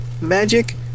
magic